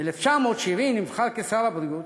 ב-1970 נבחר לשר הבריאות,